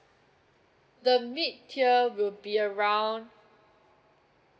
the mid tier will be around